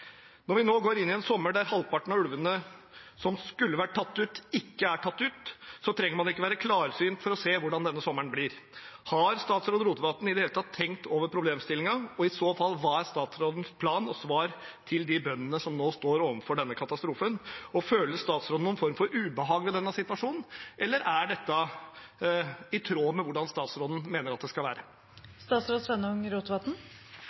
Når vi nå går inn i en sommer der halvparten av ulvene som skulle vært tatt ut, ikke er tatt ut, trenger man ikke være klarsynt for å se hvordan denne sommeren blir. Har statsråd Rotevatn i det hele tatt tenkt over problemstillingen? Og i så fall: Hva er statsrådens plan og svar til de bøndene som nå står overfor denne katastrofen? Føler statsråden noen form for ubehag ved denne situasjonen, eller er dette i tråd med hvordan statsråden mener at det skal være?